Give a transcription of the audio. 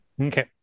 Okay